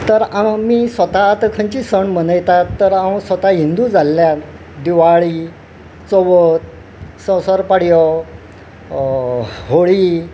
तर आमी स्वता आतां खंयची सण मनयतात तर हांव स्वता हिंदू जाल्ल्यान दिवाळी चवथ संवसरपाडयो होळी